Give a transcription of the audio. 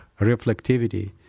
reflectivity